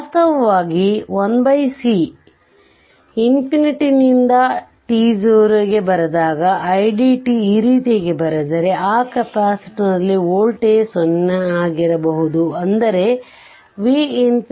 ವಾಸ್ತವವಾಗಿ 1c ನಿಂದ t0 ಬರೆದಾಗ idt ಈ ರೀತಿಯಾಗಿ ಬರೆದರೆ ಆ ಕೆಪಾಸಿಟರ್ನಲ್ಲಿ ವೋಲ್ಟೇಜ್ 0 ಆಗಿರಬಹುದು ಅಂದರೆ v 0